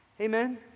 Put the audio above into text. Amen